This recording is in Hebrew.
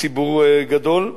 ציבור גדול.